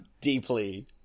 deeply